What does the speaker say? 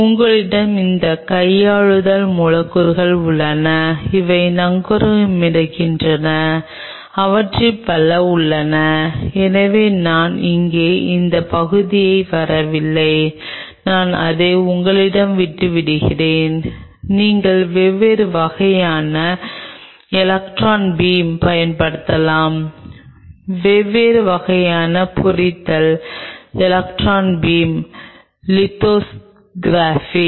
drug screening மற்றும் பிற விஷயங்களை நீங்கள் அறிந்த தொழில்துறை தர நிலைக்கு இந்த தொழில்நுட்பங்களை ஒருவர் உண்மையில் மொழிபெயர்க்கும் முன் இந்த எல்லாவற்றிற்கும் ஒரு முழுமையான மேற்பரப்பு பகுப்பாய்வு தேவைப்படும்